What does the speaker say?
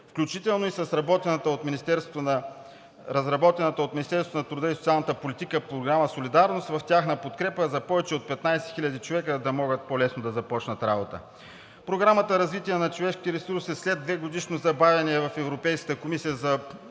включително и с разработената от Министерството на труда и социалната политика Програма „Солидарност“ в тяхна подкрепа за повече от 15 хиляди човека, за да могат по-лесно да започнат работа. Програмата „Развитие на човешките ресурси“ – след 2-годишно забавяне в Европейската комисия за одобрение